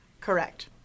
Correct